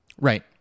Right